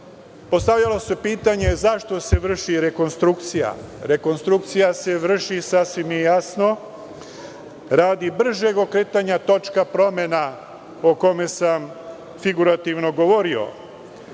Srbije. Postavljalo se pitanje – zašto se vrši rekonstrukcija? Rekonstrukcija se vrši, sasvim je jasno, radi bržeg okretanja točka promena, o kome sam figurativno govorio.